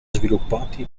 sviluppati